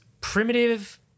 primitive